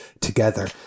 together